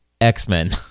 X-Men